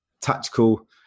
tactical